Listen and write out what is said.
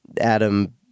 Adam